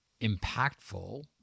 impactful